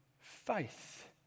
faith